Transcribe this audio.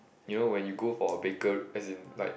you know when you go for a baker as in like